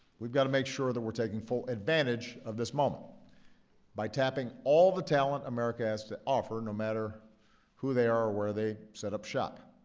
we've got to make sure that we're taking full advantage of this moment by tapping all the talent america has to offer, no matter who they are or where they set up shop.